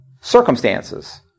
Circumstances